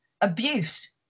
abuse